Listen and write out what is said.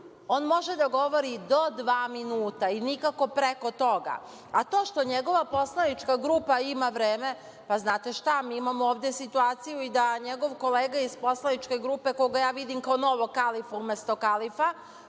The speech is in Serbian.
On može da govori do dva minuta i nikako preko toga, a to što njegova poslanička grupa ima vreme. Znate šta, mi imamo ovde situaciju i da njegov kolega iz poslaničke grupe koga vidim kao novog kalifa umesto kalifa